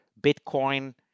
Bitcoin